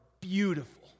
beautiful